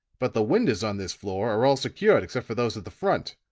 but the windows on this floor are all secured except for those at the front.